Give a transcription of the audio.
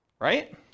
right